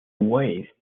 wait